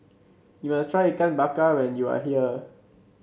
you must try Ikan Bakar when you are here